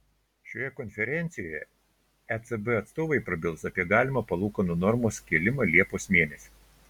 šioje konferencijoje ecb atstovai prabils apie galimą palūkanų normos kėlimą liepos mėnesį